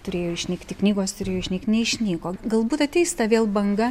turėjo išnykti knygos turėjo išnykt neišnyko galbūt ateis ta vėl banga